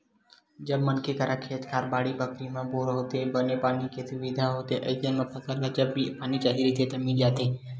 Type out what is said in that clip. जब मनखे करा खेत खार, बाड़ी बखरी म बोर होथे, बने पानी के सुबिधा होथे अइसन म फसल ल जब भी पानी चाही रहिथे त मिल जाथे